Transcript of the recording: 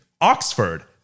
Oxford